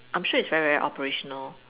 I'm sure it's very very operational